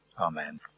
Amen